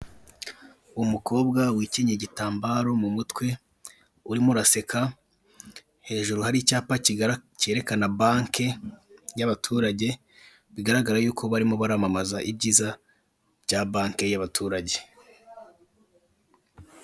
Umukobwa wicyenyeye igitambaro mu mutwe, urimo uraseka. Hejuru hari icyapa cyerekana banke y'abaturage, bigaragara yuko barimo baramamaza ibyiza bya banke y'abaturage.